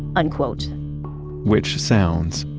unquote which sounds,